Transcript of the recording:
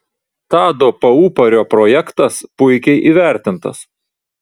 tado paupario projektas puikiai įvertintas